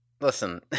Listen